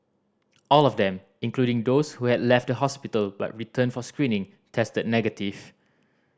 all of them including those who had left the hospital but returned for screening tested negative